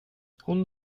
hon